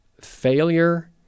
Failure